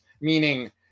meaning